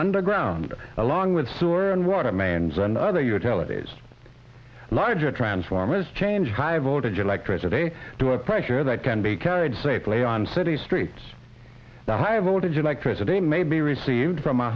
underground along with sewer and water mains and other you tell it is larger transformers change high voltage electricity to a pressure that can be carried safely on city streets the high voltage electricity may be received from